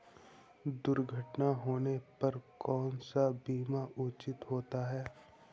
दुर्घटना होने पर कौन सा बीमा उचित होता है?